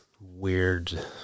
weird